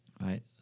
Right